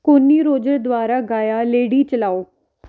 ਕੋਨੀ Roger ਦੁਆਰਾ ਗਾਇਆ Lady ਚਲਾਓ